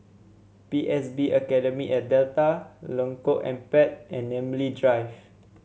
P S B Academy at Delta Lengkok Empat and Namly Drive